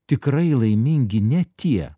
tikrai laimingi ne tie